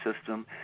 system